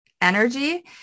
energy